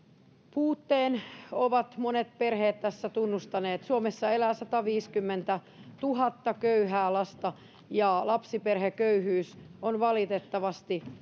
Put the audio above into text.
puutteen ovat monet perheet tässä tunnustaneet suomessa elää sataviisikymmentätuhatta köyhää lasta ja lapsiperheköyhyys on valitettavasti